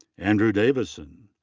andrew davidson.